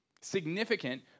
significant